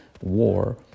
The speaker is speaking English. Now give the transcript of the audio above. war